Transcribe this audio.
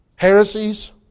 heresies